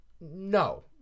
No